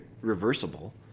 reversible